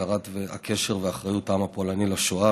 הזכרת הקשר והאחריות של העם הפולני לשואה,